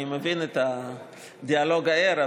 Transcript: אני מבין את הדיאלוג הער,